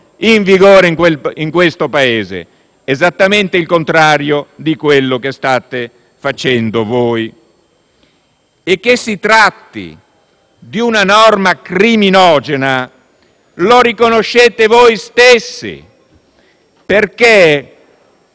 in vigore nel Paese. Esattamente il contrario di quello che state facendo voi. E che si tratta di una norma criminogena la riconoscete voi stessi. Come